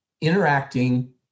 interacting